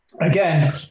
Again